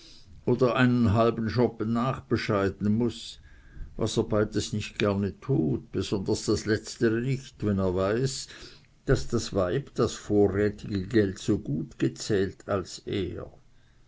oder einen halben schoppen nachbescheiden muß was er beides nicht gerne tut besonders das letztere nicht wenn er weiß daß das weib das vorrätige geld so gut zählt als er